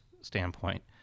standpoint